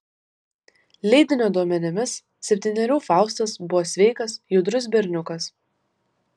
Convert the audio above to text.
leidinio duomenimis septynerių faustas buvo sveikas judrus berniukas